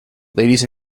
ladies